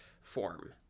form